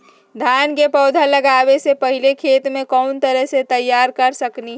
धान के पौधा लगाबे से पहिले खेत के कोन तरह से तैयार कर सकली ह?